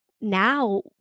now